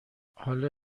حالا